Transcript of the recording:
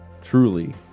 truly